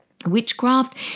Witchcraft